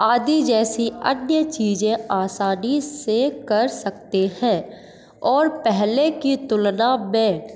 आदि जैसी अन्य चीज़ें आसानी से कर सकते हैं और पहले की तुलना में